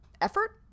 effort